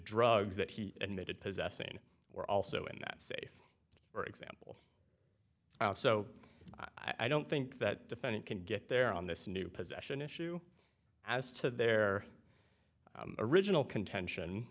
drugs that he admitted possessing were also in that safe for example so i don't think that defendant can get there on this new possession issue as to their original contention